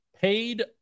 paid